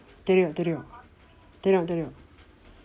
தெரியும் தெரியும் தெரியும் தெரியும்:theriyum theriyum theriyum theriyum